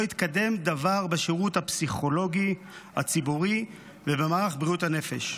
לא התקדם דבר בשירות הפסיכולוגי הציבורי ובמערך בריאות הנפש.